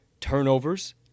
turnovers